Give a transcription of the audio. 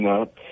up